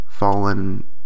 fallen